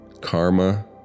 Karma